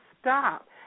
stop